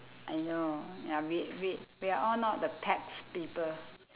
I know ya we we we're all not the pets people